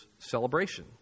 celebration